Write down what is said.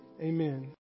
Amen